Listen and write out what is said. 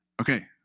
Okay